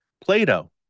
Plato